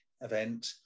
event